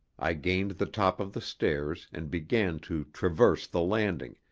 i gained the top of the stairs, and began to traverse the landing,